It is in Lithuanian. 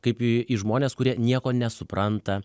kaip į į žmones kurie nieko nesupranta